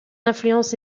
influence